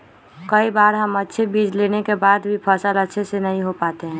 कई बार हम अच्छे बीज लेने के बाद भी फसल अच्छे से नहीं हो पाते हैं?